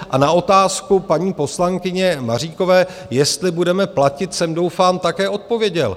A na otázku paní poslankyně Maříkové, jestli budeme platit, jsem, doufám, také odpověděl.